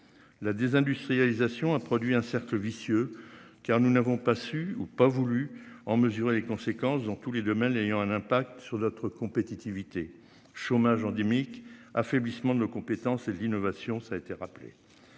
La désindustrialisation a produit un cercle vicieux car nous n'avons pas su ou pas voulu en mesurer les conséquences dans tous les domaines ayant un impact sur notre compétitivité, chômage endémique, affaiblissement de la compétence et l'innovation ça été rappelé.